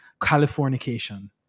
Californication